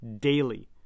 daily